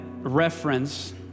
reference